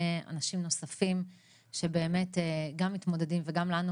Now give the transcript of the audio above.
אנשים נוספים שבאמת גם מתמודדים וגם לנו,